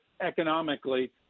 economically